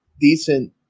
decent